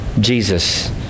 Jesus